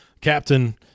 Captain –